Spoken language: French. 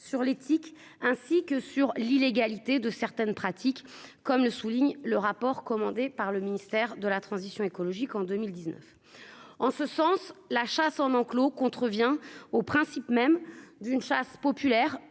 sur l'éthique, ainsi que sur l'illégalité de certaines pratiques, comme le souligne le rapport commandé par le ministère de la transition écologique en 2019. En ce sens la chasse en enclos contrevient au principe même d'une chasse populaire